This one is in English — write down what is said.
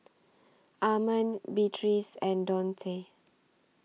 Armond Beatriz and Donte